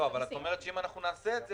אבל את אומרת שאם אנחנו נעשה את זה,